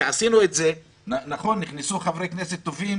כשעשינו את זה, נכנסו חברי כנסת טובים,